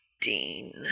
Dean